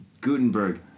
Gutenberg